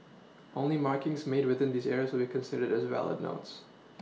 only markings made within these areas will considered as valid notes